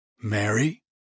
Mary